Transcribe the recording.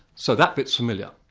so that bit's familiar.